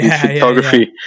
photography